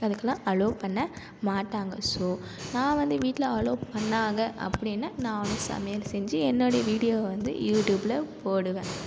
அதுக்கெல்லாம் அலொவ் பண்ண மாட்டாங்க ஸோ நான் வந்து வீட்டில் அலோ பண்ணிணாங்க அப்படின்னா நானும் சமையல் செஞ்சு என்னோடய வீடியோவை வந்து யூடியூப்பில் போடுவேன்